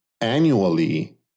annually